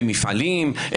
במפעלים,